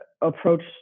approach